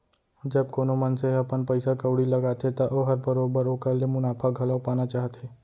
जब कोनो मनसे ह अपन पइसा कउड़ी लगाथे त ओहर बरोबर ओकर ले मुनाफा घलौ पाना चाहथे